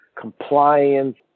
compliance